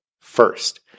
First